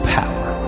power